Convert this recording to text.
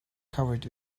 covered